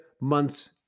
months